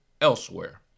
elsewhere